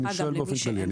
אני שואל באופן כללי,